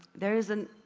there is,